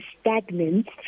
stagnant